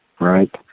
Right